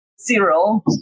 zero